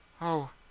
Oh